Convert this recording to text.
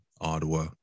Ottawa